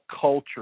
culture